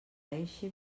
eixe